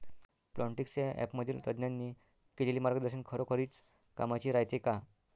Plantix या ॲपमधील तज्ज्ञांनी केलेली मार्गदर्शन खरोखरीच कामाचं रायते का?